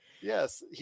Yes